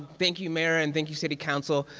thank you, mayor, and thank you, city council.